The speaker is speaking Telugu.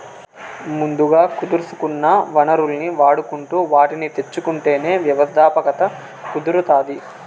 ముందుగా కుదుర్సుకున్న వనరుల్ని వాడుకుంటు వాటిని తెచ్చుకుంటేనే వ్యవస్థాపకత కుదురుతాది